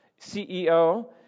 CEO